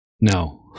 No